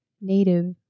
Native